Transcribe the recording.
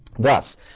Thus